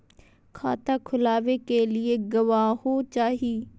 खाता खोलाबे के लिए गवाहों चाही?